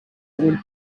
woman